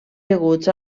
deguts